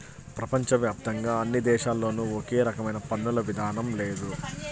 ప్రపంచ వ్యాప్తంగా అన్ని దేశాల్లోనూ ఒకే రకమైన పన్నుల విధానం లేదు